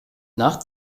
nach